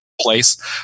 place